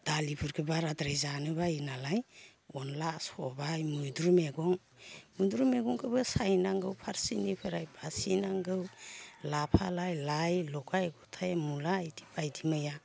दालिफोरखो बाराद्राय जानो बायो नालाय अनद्ला सबाय मैद्रु मैगं मैद्रु मैगंखोबो सायनांगौ फारसेनिफ्राय फासि नांगौ लाफा लाइ लाइ लगाय गथाय मुला इदि बायदि मैया